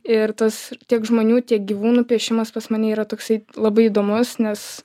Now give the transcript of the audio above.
ir tas tiek žmonių tiek gyvūnų piešimas pas mane yra toksai labai įdomus nes